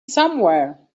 somewhere